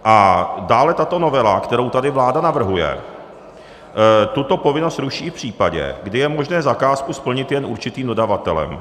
A dále tato novela, kterou tady vláda navrhuje, tuto povinnost ruší v případě, kdy je možné zakázku splnit jen určitým dodavatelem.